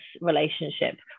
relationship